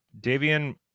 davian